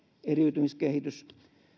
eriytymiskehitys